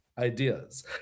Ideas